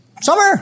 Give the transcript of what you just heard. summer